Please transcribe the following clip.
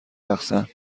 رقصن